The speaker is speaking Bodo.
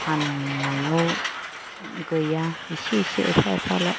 फाननायाव गैया एसे एसे एफा एफाल'